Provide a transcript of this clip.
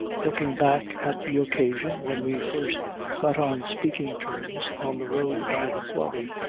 looking back at the occasion when we first got on speaking terms on the road by the quarry,